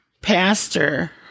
pastor